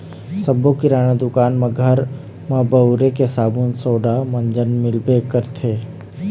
सब्बो किराना दुकान म घर म बउरे के साबून सोड़ा, मंजन मिलबे करथे